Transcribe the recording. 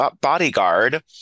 bodyguard